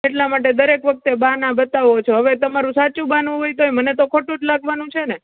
એટલા માટે દરેક વખતે બહાના બતાવો છો હવે તમારું સાચું બહાનું હોય તોય મને તો ખોટું જ લાગવાનું છે ને